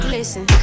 Listen